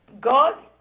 God